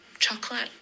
chocolate